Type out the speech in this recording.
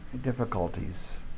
difficulties